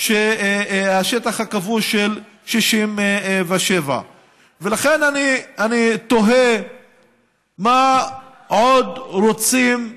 השטח הכבוש של 67'. אני תוהה מה עוד רוצים מהפלסטינים?